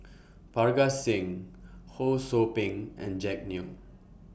Parga Singh Ho SOU Ping and Jack Neo